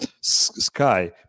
sky